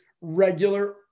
regular